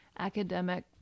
academic